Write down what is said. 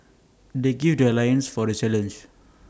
they gird their loins for the challenge